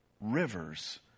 rivers